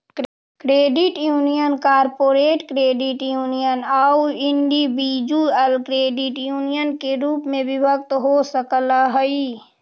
credit union corporate credit union आउ individual credit union के रूप में विभक्त हो सकऽ हइ